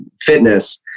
fitness